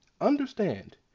understand